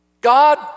God